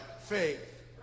faith